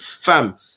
fam